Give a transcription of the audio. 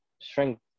strength